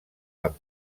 amb